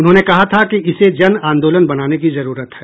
उन्होंने कहा था कि इसे जन आंदोलन बनाने की जरूरत है